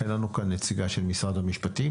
אין לנו כאן נציגה של משרד המשפטים.